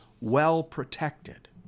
well-protected